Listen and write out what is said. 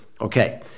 Okay